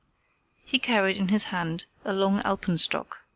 he carried in his hand a long alpenstock,